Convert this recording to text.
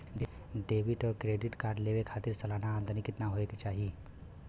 Debit और credit card लेवे के खातिर सलाना आमदनी कितना हो ये के चाही?